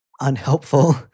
unhelpful